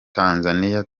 tanzaniya